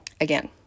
again